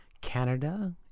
Canada